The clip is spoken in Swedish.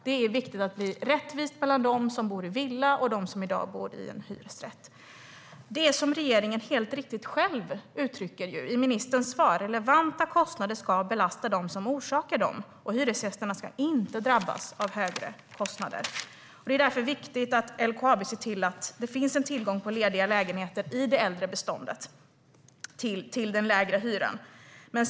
Det är viktigt att det blir rättvisa förhållanden mellan dem som bor i villa och dem som i dag bor i en hyresrätt. Regeringen och ministern säger helt riktigt i svaret: "Relevanta kostnader ska belasta den som orsakar dem." Hyresgästerna ska inte drabbas av högre kostnader. Det är därför viktigt att LKAB ser till att det finns tillgång på lediga lägenheter i det äldre beståndet till lägre hyra.